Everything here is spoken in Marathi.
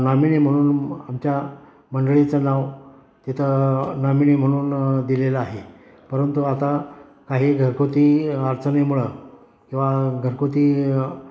नॉमिनी म्हणून आमच्या मंडळीचं नाव तिथं नॉमिनी म्हणून दिलेलं आहे परंतु आता काही घरगुती अडचणीमुळं किंवा घरगुती